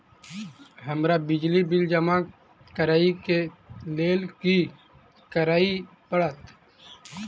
हमरा बिजली बिल जमा करऽ केँ लेल की करऽ पड़त?